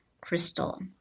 Crystal